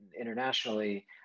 internationally